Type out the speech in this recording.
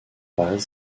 paz